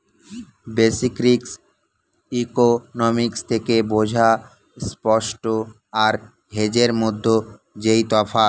basic risk economics থেকে বোঝা spot আর হেজের মধ্যে যেই তফাৎ